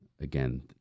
again